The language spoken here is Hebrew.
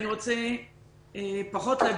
אני רוצה פחות להגיב,